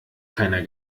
keiner